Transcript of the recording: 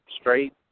straight